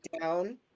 down